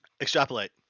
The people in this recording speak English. Extrapolate